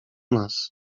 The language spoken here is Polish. nas